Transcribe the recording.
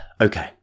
okay